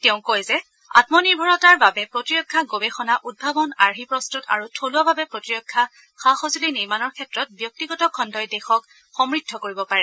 তেওঁ কয় যে আমনিৰ্ভৰতাৰ বাবে প্ৰতিৰক্ষা গৱেষণা উদ্ভাৱন আৰ্হি প্ৰস্তত আৰু থলুৱাভাৱে প্ৰতিৰক্ষা সা সঁজুলি নিৰ্মাণৰ ক্ষেত্ৰত ব্যক্তিগত খণ্ডই দেশক সমূদ্ধ কৰিব পাৰে